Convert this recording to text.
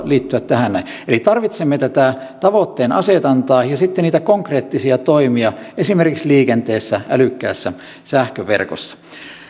liittyä tähän näin eli tarvitsemme tätä tavoitteenasetantaa ja sitten niitä konkreettisia toimia esimerkiksi liikenteessä älykkäässä sähköverkossa